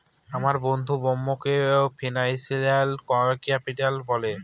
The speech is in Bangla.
আমার বন্ধু বোম্বেকে ফিনান্সিয়াল ক্যাপিটাল বলে